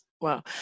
Wow